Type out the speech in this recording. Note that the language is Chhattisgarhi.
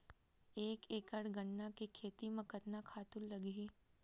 एक एकड़ गन्ना के खेती म कतका खातु लगही?